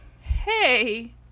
Hey